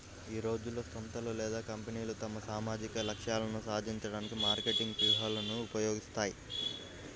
ఈ రోజుల్లో, సంస్థలు లేదా కంపెనీలు తమ సామాజిక లక్ష్యాలను సాధించడానికి మార్కెటింగ్ వ్యూహాలను ఉపయోగిస్తాయి